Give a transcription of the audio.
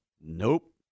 Nope